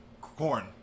Corn